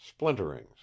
splinterings